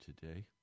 today